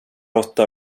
åtta